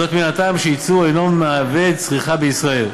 וזאת מן הטעם שיצוא אינו מהווה צריכה בישראל,